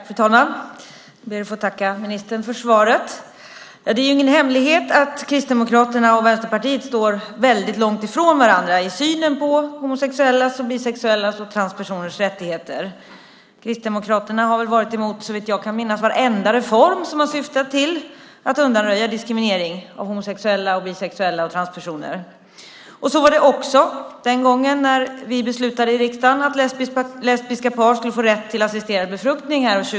Fru talman! Jag ber att få tacka ministern för svaret. Det är ingen hemlighet att Kristdemokraterna och Vänsterpartiet står väldigt långt ifrån varandra i synen på homosexuellas, bisexuellas och transpersoners rättigheter. Kristdemokraterna har såvitt jag kan minnas varit emot varenda reform som har syftat till att undanröja diskriminering av homosexuella, bisexuella och transpersoner. Så var det också den gången som vi här i riksdagen 2005 beslutade att lesbiska par skulle få rätt till assisterad befruktning.